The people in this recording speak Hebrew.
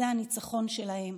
הוא הניצחון שלהם,